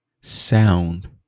sound